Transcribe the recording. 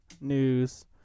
news